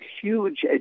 huge